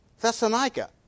Thessalonica